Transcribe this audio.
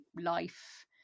life